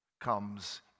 comes